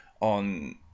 on